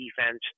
defense